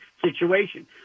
situation